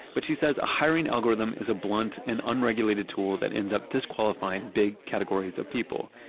but she says a hiring algorithm is a blunt and unregulated tool that ends up disqualifying big categories of people,